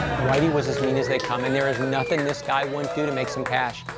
whitey was as mean as they come, and there is nothing this guy wouldn't do to make some cash.